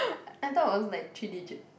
I thought was like three digits